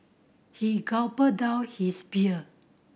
he gulped down his beer